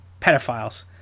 pedophiles